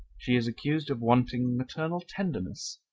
she is accused of wanting maternal tenderness.